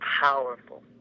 powerful